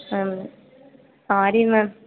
ma'am sorry ma'am